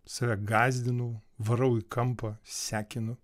save gąsdinau varau į kampą sekinu